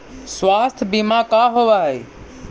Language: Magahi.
स्वास्थ्य बीमा का होव हइ?